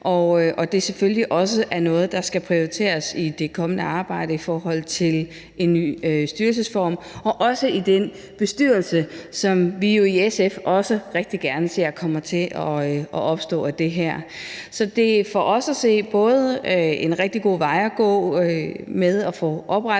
og at det selvfølgelig også er noget, der skal prioriteres i det kommende arbejde med en ny styrelsesform og også i den bestyrelse, som vi i SF også rigtig gerne ser kommer til at opstå af det her. Så det er for os at se en rigtig god vej at gå at få oprettet